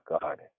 God